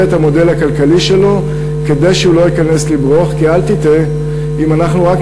את המודל הכלכלי שלו כדי שהוא לא ייכנס לבְּרוֹך,